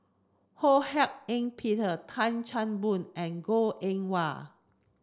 Ho Hak Ean Peter Tan Chan Boon and Goh Eng Wah